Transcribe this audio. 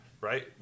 Right